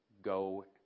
Go